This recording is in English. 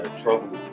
trouble